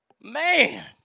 Man